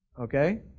Okay